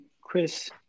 Chris